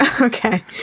Okay